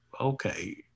Okay